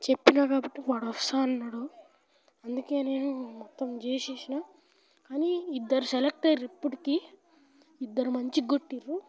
చెప్పినా కాబట్టి వాడు వస్తాను అన్నాడు అందుకే నేను మొత్తం చేసినా కానీ ఇద్దరు సెలెక్ట్ అయ్యిర్రు ఇప్పటికి ఇద్దరు మంచిగా కొట్టిర్రు